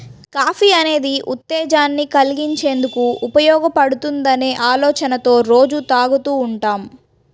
coffee అనేది ఉత్తేజాన్ని కల్గించేందుకు ఉపయోగపడుతుందనే ఆలోచనతో రోజూ తాగుతూ ఉంటాం